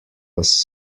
was